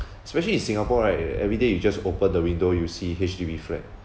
especially in singapore right e~ everyday you just open the window you see H_D_B flat